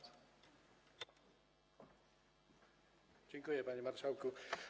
Dziękuję, panie marszałku.